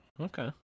Okay